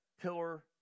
pillar